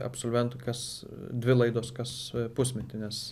absolventų kas dvi laidos kas pusmetį nes